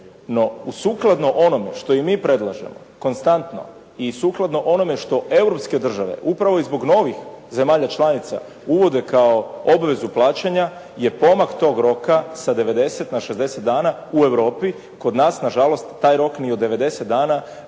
No sukladno onom što im mi predlažemo konstantno i sukladno onome što europske države upravo i zbog novih zemalja članica uvode kao obvezu plaćanja je pomak tog roka sa 90 na 60 dana u Europi. Kod nas nažalost taj rok ni od 90 dana